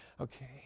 Okay